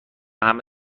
همه